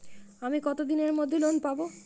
আমি কতদিনের মধ্যে লোন পাব?